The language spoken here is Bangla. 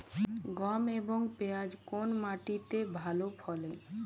গম এবং পিয়াজ কোন মাটি তে ভালো ফলে?